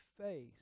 face